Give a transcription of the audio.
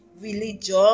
religion